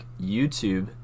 youtube